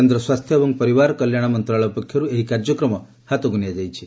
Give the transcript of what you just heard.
କେନ୍ଦ୍ର ସ୍ୱାସ୍ଥ୍ୟ ଏବଂ ପରିବାର କଲ୍ୟାଣ ମନ୍ତ୍ରଣାଳୟ ପକ୍ଷରୁ ଏହି କାର୍ଯ୍ୟକ୍ରମ ହାତକୁ ନିଆଯାଇଛି